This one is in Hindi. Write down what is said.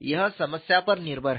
यह समस्या पर निर्भर है